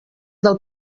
del